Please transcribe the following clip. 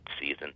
season